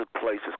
places